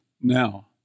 now